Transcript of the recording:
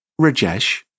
Rajesh